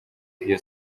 iyo